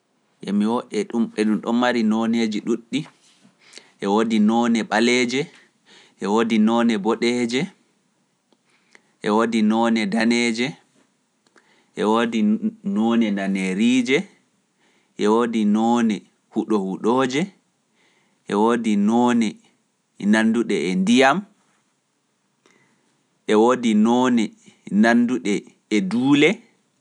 Yami wo e ɗum ɓe ɗum ɗon mari nooneeji ɗuuɗɗi, e woodi noone ɓaleeje, e woodi noone boɗeeje, e woodi noone daneeje, e woodi noone naneriije, e woodi noone huɗohuɗooje, e woodi noone nannduɗe e ndiyam, e woodi noone nannduɗe e duule.